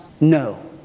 No